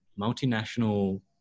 multinational